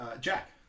Jack